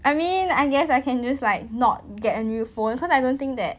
I mean I guess I can just like not get a new phone because I don't think that